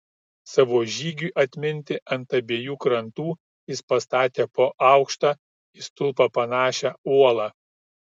savo žygiui atminti ant abiejų krantų jis pastatė po aukštą į stulpą panašią uolą